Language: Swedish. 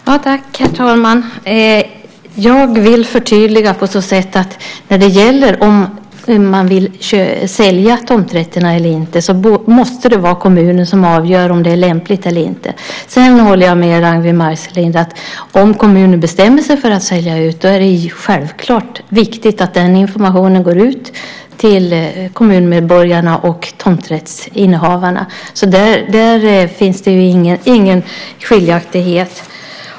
Herr talman! Jag vill förtydliga att det när det gäller frågan om man vill sälja tomträtter eller inte måste vara kommunen som avgör om det är lämpligt eller inte. Sedan håller jag med Ragnwi Marcelind om att om kommunen bestämmer sig för att sälja ut så är det självklart viktigt att den informationen går ut till kommunmedborgarna och tomträttsinnehavarna. Där finns det ingen skiljaktighet.